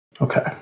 Okay